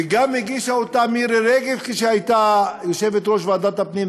וגם הגישה אותה מירי רגב כשהייתה יושבת-ראש ועדת הפנים,